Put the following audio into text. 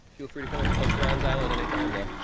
feel free to come to busta rhymes island anytime though